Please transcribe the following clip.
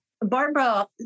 Barbara